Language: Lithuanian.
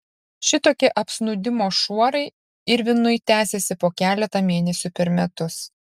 šitokie apsnūdimo šuorai irvinui tęsiasi po keletą mėnesių per metus